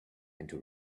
into